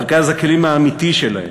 בארגז הכלים האמיתי שלהם,